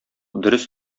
дөрес